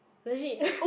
legit